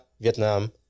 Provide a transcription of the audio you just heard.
Vietnam